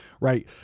right